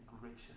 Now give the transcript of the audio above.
gracious